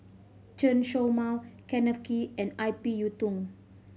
Chen Show Mao Kenneth Kee and I P Yiu Tung